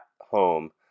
home